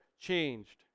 changed